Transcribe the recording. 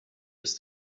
ist